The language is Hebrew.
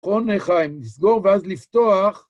חיים, לסגור ואז לפתוח